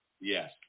Yes